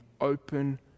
open